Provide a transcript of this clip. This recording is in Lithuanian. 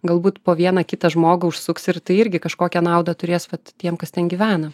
galbūt po vieną kitą žmogų užsuks ir tai irgi kažkokią naudą turės vat tiem kas ten gyvena